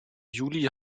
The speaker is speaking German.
juli